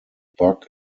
bug